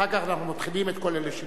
ואחר כך אנחנו מתחילים את כל אלה שנרשמו,